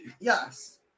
Yes